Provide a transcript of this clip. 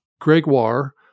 Gregoire